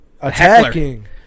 attacking